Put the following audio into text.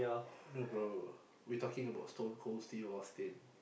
no bro we talking about Stone Cold Steve Austin